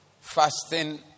fasting